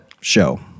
show